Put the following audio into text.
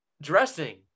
dressing